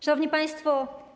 Szanowni Państwo!